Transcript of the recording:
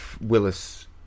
Willis